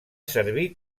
servir